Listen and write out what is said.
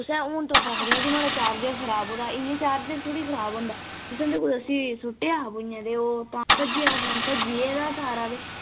तुसें हून तुस आखदिया नोह्ड़ा चार्जर खराब होऐ दा इयां चार्जर थोह्ड़ा खराब होंदा तुस उसी कुदै सुट्टेआ भुञां ओह् तां भज्जेआ फोन भज्जी गेदा सारा